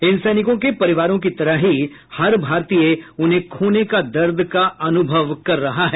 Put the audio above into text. इन सैनिकों के परिवारों की तरह ही हर भारतीय उन्हें खोने का दर्द का अनुभव कर रहा है